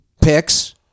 picks